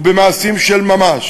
במעשים של ממש